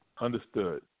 Understood